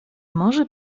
może